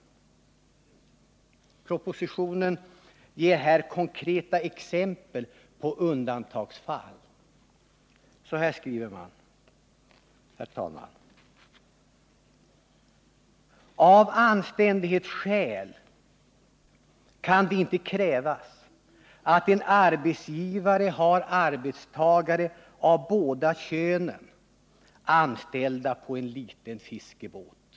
Propositionen ger här konkreta exempel på undantagsfall, och utskottet skriver att det inte kan krävas att en arbetsgivare har arbetstagare av båda könen anställda på en liten fiskebåt.